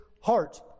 heart